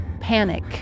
Panic